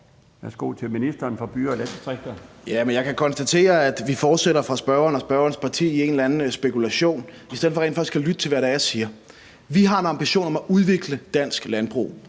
Kl. 14:08 Ministeren for byer og landdistrikter (Morten Dahlin): Jeg kan konstatere, at spørgeren og spørgerens parti fortsætter med en eller anden spekulation i stedet for rent faktisk at lytte til, hvad det er, jeg siger. Vi har en ambition om at udvikle dansk landbrug,